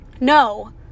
No